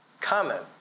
Comment